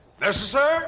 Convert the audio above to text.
Necessary